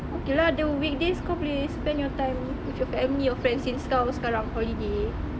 okay lah the weekdays kau boleh spend your time with your family or friends since kau sekarang holiday